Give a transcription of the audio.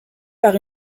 par